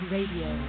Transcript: Radio